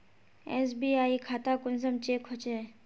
SBI खाता कुंसम check होचे?